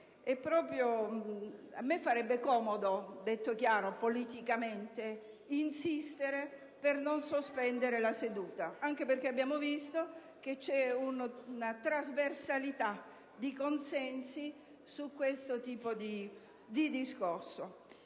A me farebbe comodo, dal punto di vista politico, insistere per non sospendere la seduta, anche perché abbiamo visto che c'è una trasversalità di consensi su questo tipo di discorso.